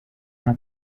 una